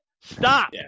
Stop